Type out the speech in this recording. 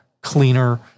cleaner